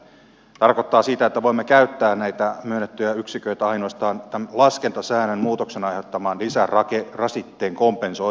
se tarkoittaa sitä että voimme käyttää näitä myönnettyjä yksiköitä ainoastaan tämän laskentasäännön muutoksen aiheuttaman lisärasitteen kompensoimiseksi